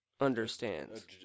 understands